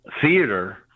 theater